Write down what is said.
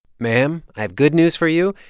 ma'am, i have good news for you.